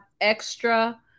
extra